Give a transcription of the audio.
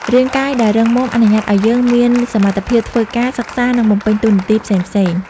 រាងកាយដែលរឹងមាំអនុញ្ញាតឱ្យយើងមានសមត្ថភាពធ្វើការ សិក្សា និងបំពេញតួនាទីផ្សេងៗ។